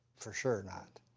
for sure not.